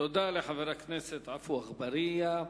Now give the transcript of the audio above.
תודה לחבר הכנסת עפו אגבאריה.